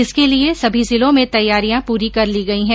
इसके लिए सभी जिलों में तैयारियां पूरी कर ली गई है